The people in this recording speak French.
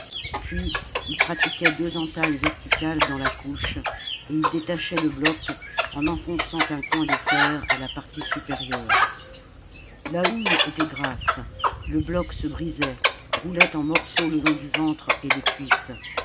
puis il pratiquait deux entailles verticales dans la couche et il détachait le bloc en enfonçant un coin de fer à la partie supérieure la houille était grasse le bloc se brisait roulait en morceaux le long du ventre et des cuisses